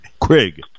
Craig